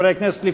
חברי הכנסת,